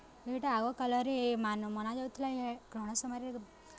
ଏଇଟା ଅଗକାଳରେ ଏ ମନାଯାଉଥିଲା ଗ୍ରହଣ ସମୟରେ